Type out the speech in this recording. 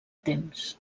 temps